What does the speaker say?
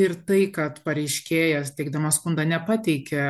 ir tai kad pareiškėjas teikdamas skundą nepateikė